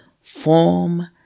form